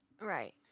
Right